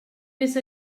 més